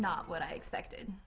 not what i expected